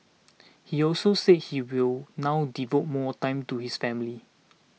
he also said he will now devote more time to his family